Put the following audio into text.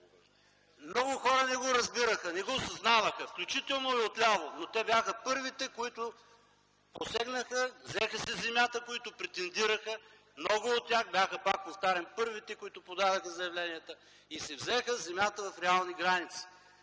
много хора не го разбираха, не го осъзнаваха, включително и отляво, но те бяха първите, които посегнаха, взеха си земята. Много от тях, пак повтарям, бяха първите, които подадоха заявления и си взеха земята в реални граници,